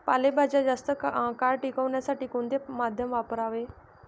पालेभाज्या जास्त काळ टिकवण्यासाठी कोणते माध्यम वापरावे?